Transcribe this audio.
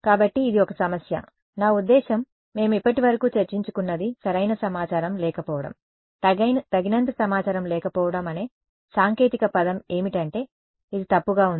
కాబట్టి ఇది ఒక సమస్య నా ఉద్దేశ్యం మేము ఇప్పటివరకు చర్చించుకున్నది సరైన సమాచారం లేకపోవడం తగినంత సమాచారం లేకపోవడం అనే సాంకేతిక పదం ఏమిటంటే ఇది తప్పుగా ఉంది